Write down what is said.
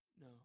No